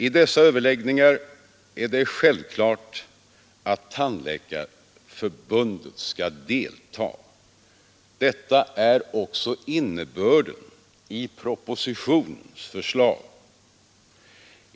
I dessa överläggningar är det självklart att Tandläkarförbundet skall delta. Detta är också innebörden i propositionens förslag.